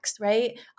right